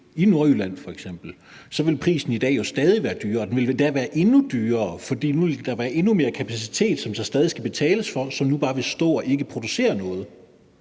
i Nordjylland f.eks., ville prisen i dag jo stadig være højere. Den ville endda være endnu højere, for nu ville der være endnu mere kapacitet, som der så stadig skulle betales for, men som nu bare ville stå og ikke producere noget.